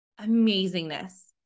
amazingness